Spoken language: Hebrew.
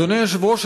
אדוני היושב-ראש,